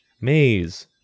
maze